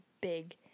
big